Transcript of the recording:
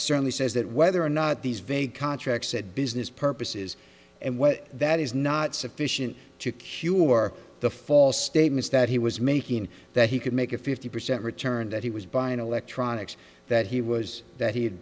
certainly says that whether or not these vague contracts at business purposes and when that is not sufficient to cure the false statements that he was making that he could make a fifty percent return that he was buying electronics that he was that he had